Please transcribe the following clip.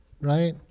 right